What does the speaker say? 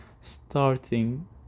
starting